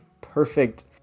perfect